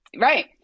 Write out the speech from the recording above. Right